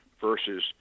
versus